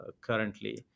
currently